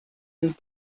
and